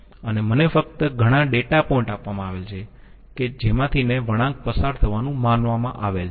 અને મને ફક્ત ઘણા ડેટા પોઈન્ટ આપવામાં આવેલ છે કે જેમાંથીને વળાંક પસાર થવાનું માનવામાં આવેલ છે